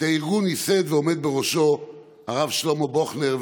את הארגון ייסד ועומד בראשו הרב שלמה בוכנר,